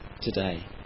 today